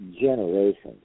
generations